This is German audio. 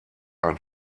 ein